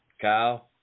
Kyle